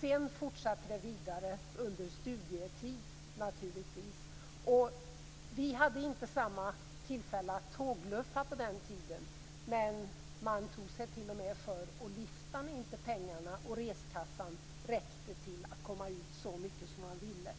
Sedan fortsatte det naturligtvis vidare under studietid. Vi hade inte samma tillfälle att tågluffa på den tiden. Men man tog sig till och med för att lifta när inte pengarna och reskassan räckte till att komma ut så mycket som man ville.